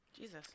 Jesus